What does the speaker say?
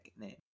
name